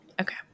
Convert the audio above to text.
Okay